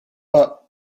but